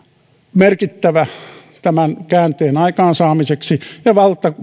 merkittävä tämän käänteen aikaansaamiseksi ja